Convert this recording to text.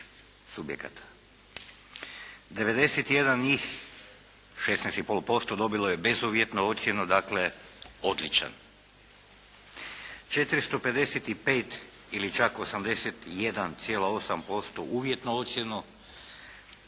16,5% dobilo je bezuvjetnu ocjenu, dakle odličan. 455 ili čak 81,8% uvjetnu ocjenu,